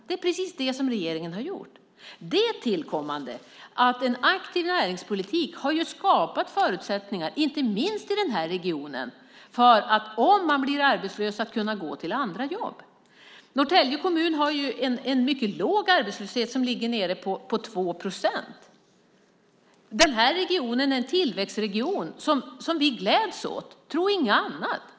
Det är precis det som regeringen har gjort. Till det kommer att en aktiv näringspolitik har skapat förutsättningar, inte minst i denna region, för att kunna gå till ett annat jobb om man blir arbetslös. Norrtälje kommun har en mycket låg arbetslöshet, som ligger nere på 2 procent. Den här regionen är en tillväxtregion, vilket vi gläds åt. Tro inget annat!